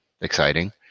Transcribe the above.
exciting